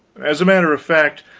as a matter of fact,